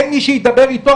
אין מי שידבר איתו,